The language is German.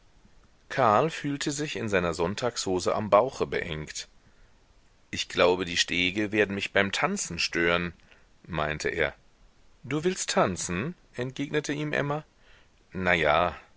karl fühlte sich in seiner sonntagshose am bauche beengt ich glaube die stege werden mich beim tanzen stören meinte er du willst tanzen entgegnete ihm emma na ja